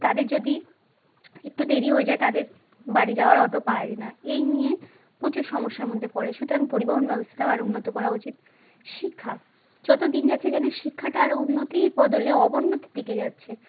তাদের যদি একটু দেরি হয়ে যায় তাদের বাড়ি যাওয়ার অটো পায় না এই নিয়ে প্রচুর সমস্যার মধ্যে পড়ে সুতরাং পরিবহণ ব্যবস্থাটাও আরও উন্নত করা উচিত শিক্ষা যত দিন যাচ্ছে যেন শিক্ষাটা আরও উন্নতির বদলে অবনতির দিকে যাচ্ছে